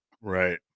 Right